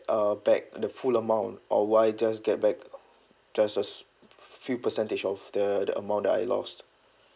uh back the full amount or would I just get back just a f~ few percentage of the the amount that I lost